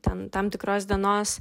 ten tam tikros dienos